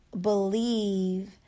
believe